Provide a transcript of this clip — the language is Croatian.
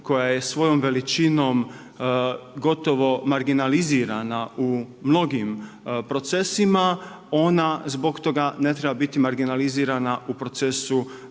koja je svojom veličinom gotovo marginalizirana u mnogim procesima, onda zbog toga ne treba biti marginalizirana u procesu